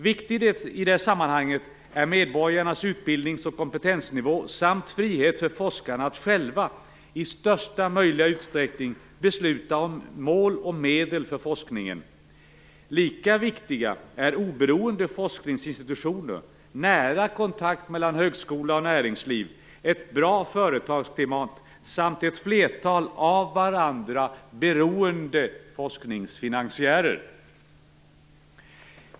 Viktigt i det sammanhanget är medborgarnas utbildnings och kompetensnivå samt frihet för forskarna att själva i största möjliga utsträckning besluta om mål och medel för forskningen. Lika viktiga är oberoende forskningsinstitutioner, nära kontakt mellan högskola och näringsliv, ett bra företagsklimat samt ett flertal av varandra oberoende forskningsfinansiärer.